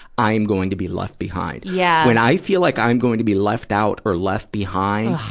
i'm going to be left behind. yeah when i feel like i'm going to be left out or left behind,